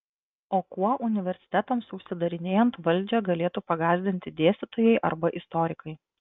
o kuo universitetams užsidarinėjant valdžią galėtų pagąsdinti dėstytojai arba istorikai